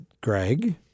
Greg